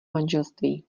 manželství